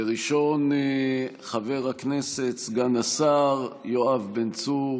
הראשון, חבר הכנסת סגן השר יואב בן צור